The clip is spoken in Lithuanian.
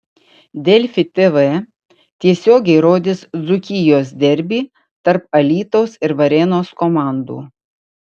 delfi tv tiesiogiai rodys dzūkijos derbį tarp alytaus ir varėnos komandų